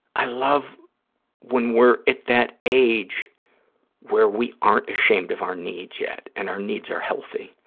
i love when we're at that age where we aren't ashamed of our needs yet and our needs are healthy.